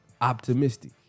optimistic